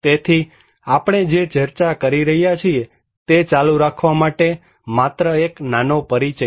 તેથીઆપણે જે ચર્ચા કરી રહ્યા છીએ તે ચાલુ રાખવા માટે માત્ર એક નાનો પરિચય